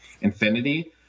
Infinity